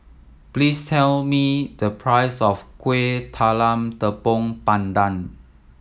please tell me the price of Kuih Talam Tepong Pandan